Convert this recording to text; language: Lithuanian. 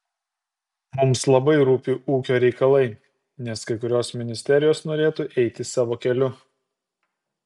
mums labai rūpi ūkio reikalai nes kai kurios ministerijos norėtų eiti savo keliu